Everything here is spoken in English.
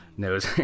knows